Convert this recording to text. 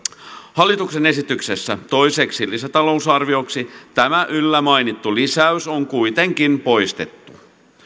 hallituksen esityksessä toiseksi lisätalousarvioksi tämä yllämainittu lisäys on kuitenkin poistettu